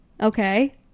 Okay